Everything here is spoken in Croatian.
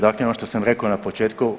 Dakle ono što sam rekao na početku.